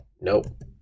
Nope